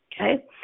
Okay